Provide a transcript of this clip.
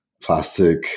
plastic